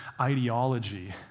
ideology